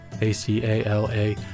A-C-A-L-A